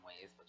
ways